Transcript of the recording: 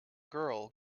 girl